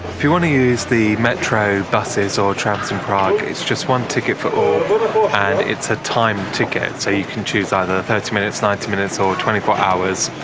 if you want to use the metro buses or trams in prague it's just one ticket for all and it's a time ticket so you can choose either thirty minutes ninety minutes or twenty four hours.